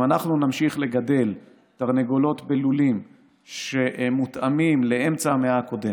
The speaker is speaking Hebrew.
אם אנחנו נמשיך לגדל תרנגולות בלולים שמותאמים לאמצע המאה הקודמת,